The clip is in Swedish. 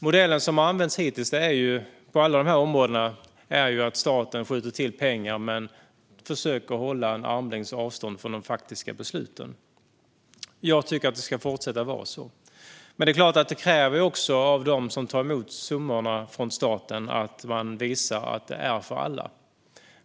Modellen som hittills har använts på alla dessa områden är att staten skjuter till pengar men försöker att hålla en armlängds avstånd till de faktiska besluten. Jag tycker att det ska fortsätta att vara så. Men det är klart att det kräver att de som tar emot summorna från staten visar att de är för alla.